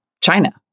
china